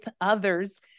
others